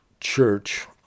church